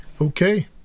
Okay